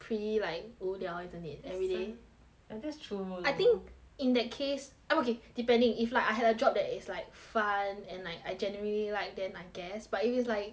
pretty like 无聊 isn't it that's sad everyday and that's true though I think in that case I'm okay depending if like I had a job that is like fun and like I generally like then I guess but if it's like